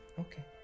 Okay